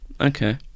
Okay